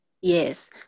yes